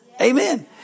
Amen